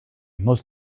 most